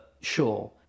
sure